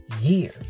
year